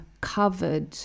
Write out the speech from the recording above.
covered